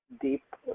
deep